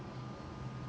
oh no